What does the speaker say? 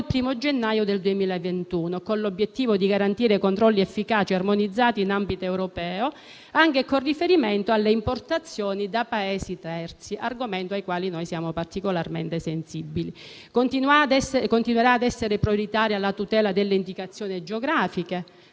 gennaio 2021, con l'obiettivo di garantire controlli efficaci e armonizzati in ambito europeo, anche con riferimento alle importazioni da Paesi terzi, argomento cui noi siamo particolarmente sensibili. Continuerà ad essere prioritaria la tutela delle indicazioni geografiche